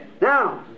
Now